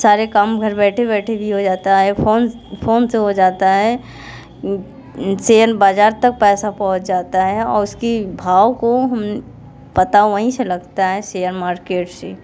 सारे काम घर बैठे बैठे भी हो जाता है फ़ोन फ़ोन से हो जाता है शेयर बाज़ार तक पैसा पहुँच जाता है और उसकी भाव को हम पता वही से लगता है शेयर मार्किट से